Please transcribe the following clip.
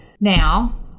now